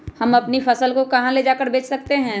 हम अपनी फसल को कहां ले जाकर बेच सकते हैं?